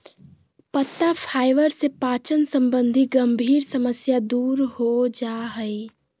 पत्ता फाइबर से पाचन संबंधी गंभीर समस्या दूर हो जा हइ